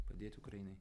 padėti ukrainai